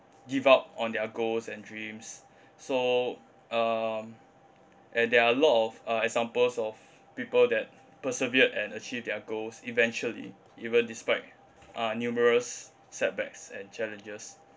give up on their goals and dreams so um and there are a lot of uh examples of people that persevered and achieve their goals eventually even despite uh numerous setbacks and challenges